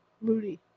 Moody